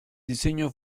diseño